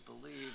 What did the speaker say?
believe